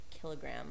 kilogram